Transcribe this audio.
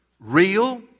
Real